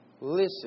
listen